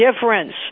difference